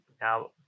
Now